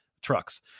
trucks